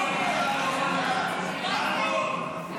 סעיף 3, כהצעת הוועדה, נתקבל.